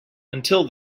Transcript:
until